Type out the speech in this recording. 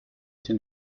den